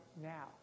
now